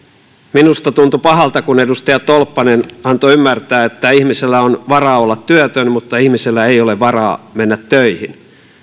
minusta tuntui pahalta kun edustaja tolppanen antoi ymmärtää että ihmisellä on varaa olla työtön mutta ihmisellä ei ole varaa mennä töihin